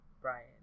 Brian